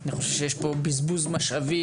אני חושב שיש פה בזבוז משאבים,